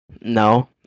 No